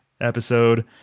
episode